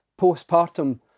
postpartum